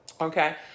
Okay